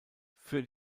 für